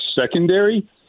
secondary